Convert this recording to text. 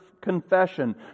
confession